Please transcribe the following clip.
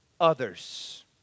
others